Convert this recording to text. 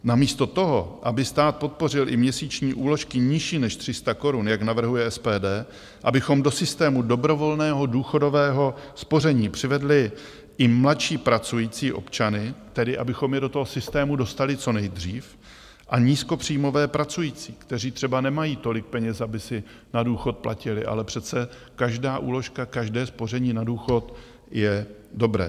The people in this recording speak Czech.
Namísto toho, aby stát podpořil i měsíční úložky nižší než 300 korun, jak navrhuje SPD, abychom do systému dobrovolného důchodového spoření přivedli i mladší pracující občany tedy abychom je do toho systému dostali co nejdřív a nízkopříjmové pracující, kteří třeba nemají tolik peněz, aby si na důchod platili ale přece každá úložka, každé spoření na důchod, je dobré...